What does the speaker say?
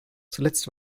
zuletzt